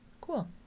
Cool